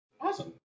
Awesome